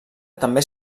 també